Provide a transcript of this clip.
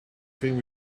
think